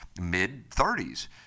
mid-30s